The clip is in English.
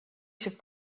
should